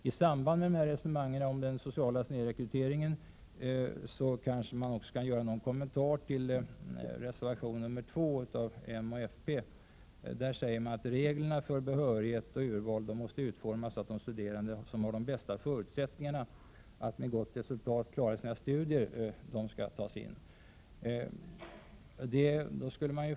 I samband med resonemanget om den sociala snedrekryteringen kan jag också göra någon kommentar till reservation 2 av moderaterna och folkpartiet. Där sägs att reglerna för behörighet och urval måste utformas så att de studerande antas som har de bästa förutsättningarna att med gott resultat klara sina studier.